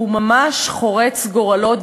הוא ממש חורץ גורלות,